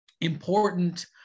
important